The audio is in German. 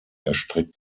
erstreckt